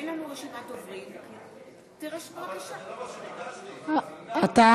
היא לא ציינה את השם שלי, היוזם.